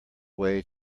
way